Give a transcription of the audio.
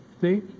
see